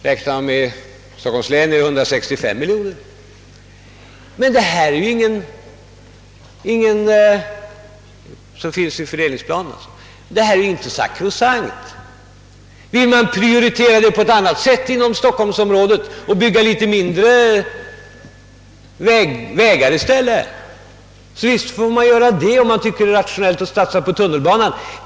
Räknar man med Stockholms län blir det enligt fördelningsplanen 165 miljoner kronor. Men detta är inte sakrosankt. Vill man prioritera på annat sätt i stockholmsområdet och bygga litet mindre vägar i stället, så visst får man göra det, om man tycker att det är rationellt att satsa mera på tunnelbanan.